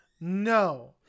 No